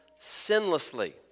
sinlessly